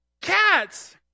Cats